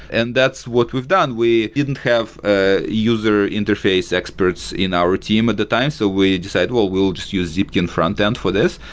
and that's what we've done. we didn't have ah user interface experts in our team at the time. so we decided, well, we'll just use zipkin frontend for this.